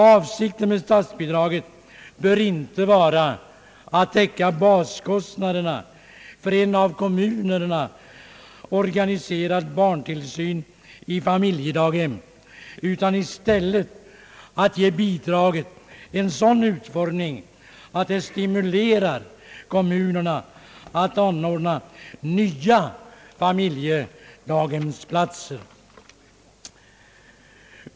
Avsikten med statsbidraget bör inte vara att täcka baskostnaderna för en av kommunerna organiserad barntillsyn i familjedaghem utan i stället att ge bidraget en sådan utformning att det stimulerar kommunerna att anordna nya familjedaghemsplatser.